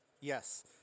yes